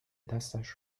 دستش